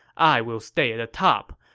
i will stay at the top.